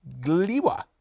Gliwa